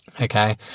okay